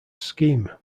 scheme